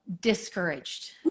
discouraged